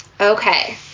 Okay